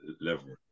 level